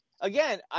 again